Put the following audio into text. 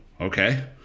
okay